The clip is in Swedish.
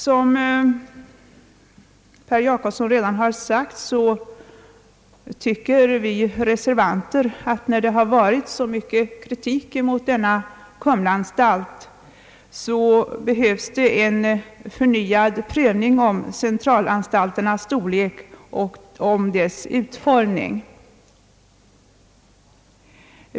Som herr Jacobsson redan har sagt tycker vi reservanter, att när det har varit så mycket kritik emot denna anstalt, behövs en förnyad prövning av centralanstalternas storlek och utformning.